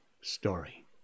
story